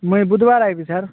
ମୁଁ ବୁଧବାର ଆସିବି ସାର୍